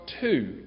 two